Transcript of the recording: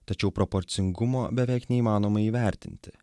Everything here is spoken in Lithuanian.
tačiau proporcingumo beveik neįmanoma įvertinti